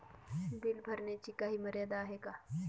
Bill भरण्याची काही मर्यादा आहे का?